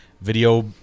video